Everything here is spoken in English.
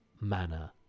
manner